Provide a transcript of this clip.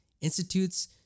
institutes